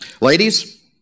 Ladies